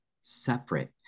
separate